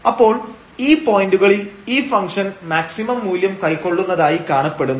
അപ്പോൾ ഈ പോയന്റുകളിൽ ഈ ഫംഗ്ഷൻ മാക്സിമം മൂല്യം കൈക്കൊള്ളുന്നതായി കാണപ്പെടുന്നു